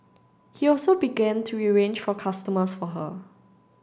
he also begin to arrange for customers for her